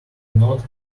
not